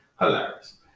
Hilarious